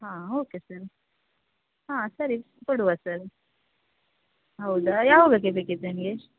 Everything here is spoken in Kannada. ಹಾಂ ಓಕೆ ಸರ್ ಹಾಂ ಸರಿ ಕೊಡುವ ಸರ್ ಹೌದಾ ಯಾವಾಗ ಬೇಕಿತ್ತು ನಿಮಗೆ